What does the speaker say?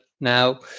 now